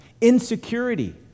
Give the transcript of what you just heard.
Insecurity